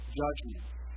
judgments